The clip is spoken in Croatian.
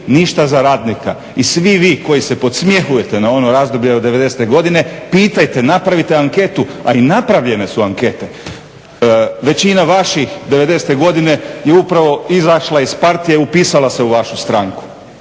ništa za radnika. I svi vi koji se podsmjehujete na ono razdoblje do '90. godine pitajte, napravite anketu, a i napravljene su ankete. Većina vaših '90. godine je upravo izašla iz partije, upisala se u vašu stranku.